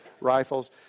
rifles